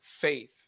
faith